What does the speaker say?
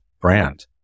brand